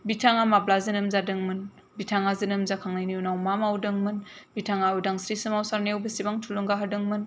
बिथाङा माब्ला जोनोम जादोंमोन बिथाङा जोनोम जाखांनायनि उनाव मा मावदोंमोन बिथाङा उदांस्रि समाव सारनायाव बेसेबां थुलुंगा होदोंमोन